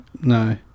no